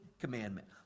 commandment